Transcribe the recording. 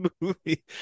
movie